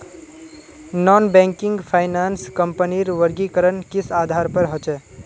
Non banking finance कंपनीर वर्गीकरण किस आधार पर होचे?